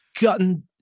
gotten